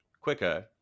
quicker